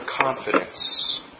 confidence